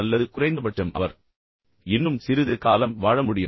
அல்லது குறைந்தபட்சம் அவர் இன்னும் சிறிது காலம் வாழ முடியும்